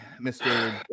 Mr